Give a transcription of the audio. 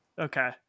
Okay